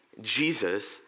Jesus